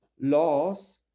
laws